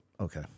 okay